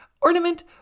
ornament